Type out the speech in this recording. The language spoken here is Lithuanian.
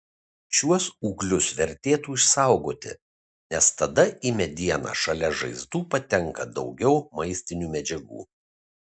šiuos ūglius vertėtų išsaugoti nes tada į medieną šalia žaizdų patenka daugiau maistinių medžiagų